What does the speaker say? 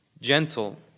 gentle